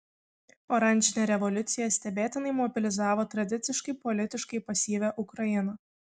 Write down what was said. oranžinė revoliucija stebėtinai mobilizavo tradiciškai politiškai pasyvią ukrainą